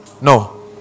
No